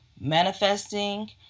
manifesting